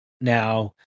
now